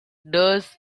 does